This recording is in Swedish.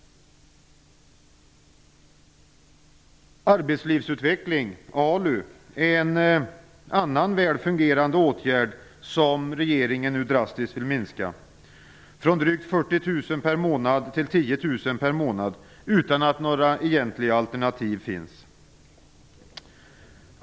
Arbetslivsutveckling, ALU, är en annan väl fungerande åtgärd som regeringen nu drastiskt vill minska. Från drygt 40 000 personer per månad till 10 000 per månad, utan att några egentliga alternativ finns.